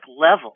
level